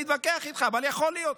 נתווכח איתך, יכול להיות.